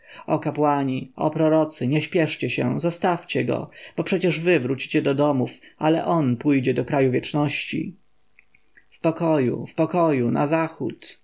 o kapłani o prorocy nie śpieszcie się zostawcie go bo przecież wy wrócicie do domów ale on pójdzie do kraju wieczności w pokoju w pokoju na zachód